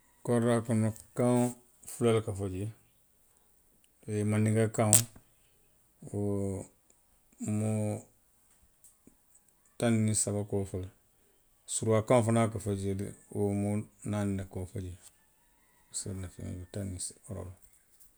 Koridaa kono kaŋ fula le ka fo jee: mandinka kaŋ wo mo taw niŋ saba ka wo fo le, suruwaa kaŋo fanaw ka fo jee, wo moo naani le ka wo fo jee.